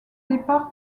départ